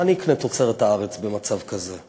אני אקנה תוצרת הארץ במצב כזה.